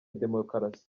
demokarasi